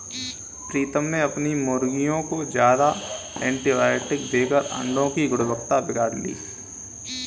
प्रीतम ने अपने मुर्गियों को ज्यादा एंटीबायोटिक देकर अंडो की गुणवत्ता बिगाड़ ली